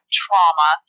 trauma